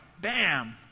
bam